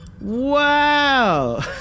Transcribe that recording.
Wow